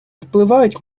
впливають